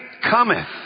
cometh